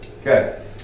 Okay